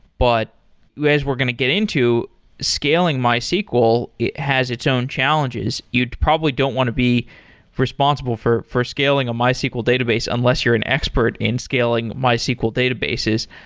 but as we're going to get into scaling mysql, it has its own challenges. you'd probably don't want to be responsible for for scaling a mysql database unless you're an expert in scaling mysql databases.